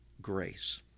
grace